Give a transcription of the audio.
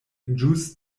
ĵus